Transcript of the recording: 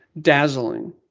dazzling